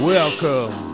Welcome